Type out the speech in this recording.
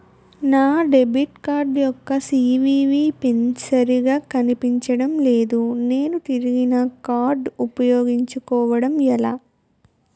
నా debit card యెక్క CVV PIN సరిగా కనిపించడం లేదు నేను తిరిగి నా కార్డ్ఉ పయోగించుకోవడం ఎలా?